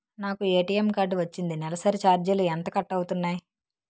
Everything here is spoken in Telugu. నాకు ఏ.టీ.ఎం కార్డ్ వచ్చింది నెలసరి ఛార్జీలు ఎంత కట్ అవ్తున్నాయి?